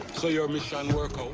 so yeah ah mission work out?